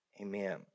Amen